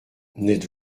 n’êtes